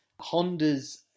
Hondas